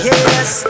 Yes